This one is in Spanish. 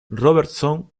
robertson